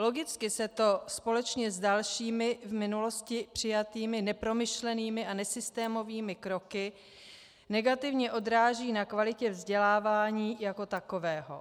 Logicky se to společně s dalšími v minulosti přijatými nepromyšlenými a nesystémovými kroky negativně odráží na kvalitě vzdělávání jako takového.